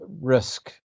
risk